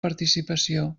participació